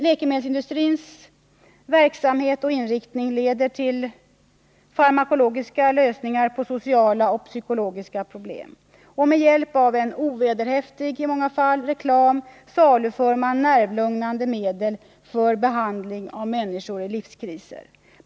Läkemedelsindustrins verksamhet och inriktning leder till farmakologiska lösningar på sociala och psykologiska problem. Med hjälp av en i många fall ovederhäftig reklam saluför man nervlugnande medel för behandling av människor i livskriser.